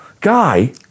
guy